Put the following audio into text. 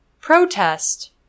Protest